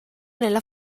nella